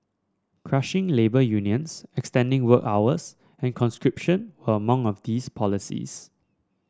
crushing labour unions extending work hours and conscription were among of these policies